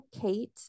Kate